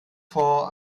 vor